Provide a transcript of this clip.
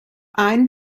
ein